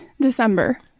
December